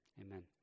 Amen